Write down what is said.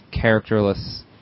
characterless